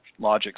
Logics